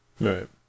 Right